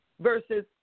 versus